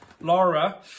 Laura